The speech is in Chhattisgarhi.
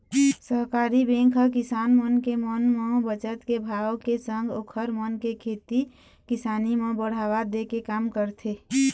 सहकारी बेंक ह किसान मन के मन म बचत के भाव के संग ओखर मन के खेती किसानी म बढ़ावा दे के काम करथे